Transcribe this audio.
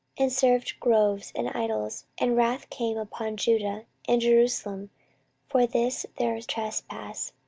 and served groves and idols and wrath came upon judah and jerusalem for this their trespass.